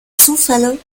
zufälle